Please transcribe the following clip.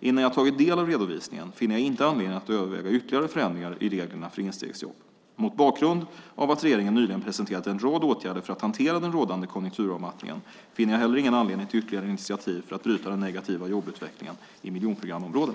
Innan jag tagit del av redovisningen finner jag inte anledning att överväga ytterligare förändringar i reglerna för instegsjobb. Mot bakgrund av att regeringen nyligen presenterat en rad åtgärder för att hantera den rådande konjunkturavmattningen finner jag heller ingen anledning till ytterligare initiativ för att bryta den negativa jobbutvecklingen i miljonprogramsområden.